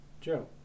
Joe